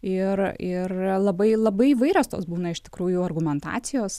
ir ir labai labai įvairios tos būna iš tikrųjų argumentacijos